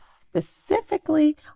specifically